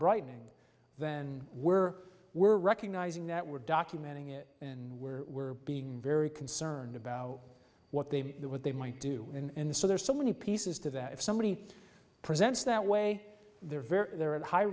brightening then we're we're recognizing that we're documenting it and we're we're being very concerned about what they do what they might do in the so there's so many pieces to that if somebody presents that way they're very they're at high